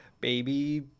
baby